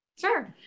Sure